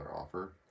offer